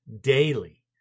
daily